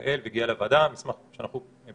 גאל והגיע לוועדה מסמך שבאופן